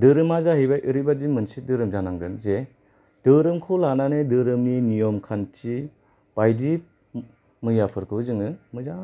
धोरोमा जाहैबाय ओरैबादि मोनसे धोरोम जानांगोन जे धोरोमखौ लानानै धोरोमनि नियम खान्थि बायदि मैयाफोरखौ जोङो मोजां